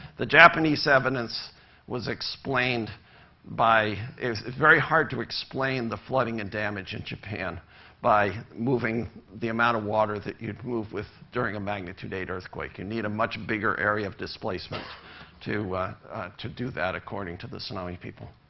the japanese evidence was explained by it's very hard to explain the flooding and damage in japan by moving the amount of water that you'd move with during a magnitude eight earthquake. you and need a much bigger area of displacement to to do that, according to the tsunami people.